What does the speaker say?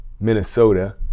Minnesota